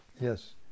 yes